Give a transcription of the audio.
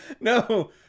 no